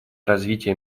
развития